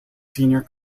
senior